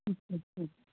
अच्छा अच्छा